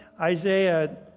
Isaiah